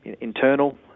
internal